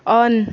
on